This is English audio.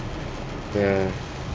ya